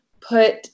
put